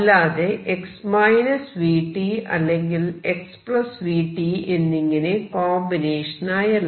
അല്ലാതെ x vt അല്ലെങ്കിൽ xvtഎന്നിങ്ങനെ കോമ്പിനേഷൻ ആയല്ല